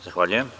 Zahvaljujem.